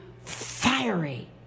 fiery